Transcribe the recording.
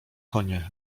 konie